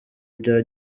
bya